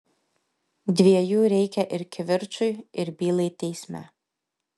dviejų reikia ir kivirčui ir bylai teisme